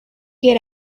get